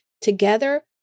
Together